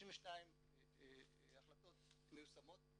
32 החלטות מיושמות,